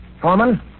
Foreman